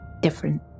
different